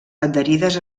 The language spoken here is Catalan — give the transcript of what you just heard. adherides